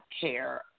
care